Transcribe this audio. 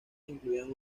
incluían